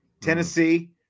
Tennessee